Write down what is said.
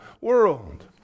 world